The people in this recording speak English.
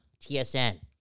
TSN